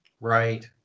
right